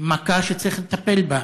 מכה שצריך לטפל בה,